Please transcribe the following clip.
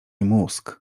mózg